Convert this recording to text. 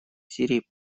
сирии